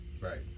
right